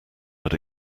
but